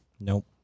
Nope